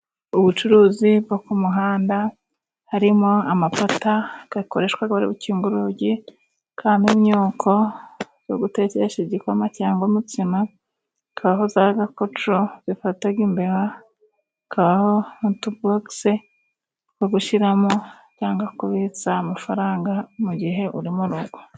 Ubucuruzi bwo ku muhanda harimo amapata akoreshwa bari gukinga urugi hakamo imyuko yo gutekesha igikoma cyangwa, umutsima kabaho za gakoco zifata imbeba kabaho utubogise two gushyiramo cyangwa kubitsa amafaranga mu gihe urimu rugo.